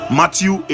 matthew